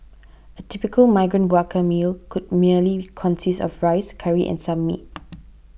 typical migrant worker meal could merely consist of rice curry and some meat